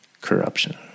corruption